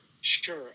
Sure